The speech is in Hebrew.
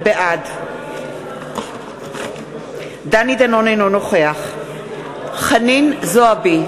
בעד דני דנון, אינו נוכח חנין זועבי,